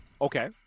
okay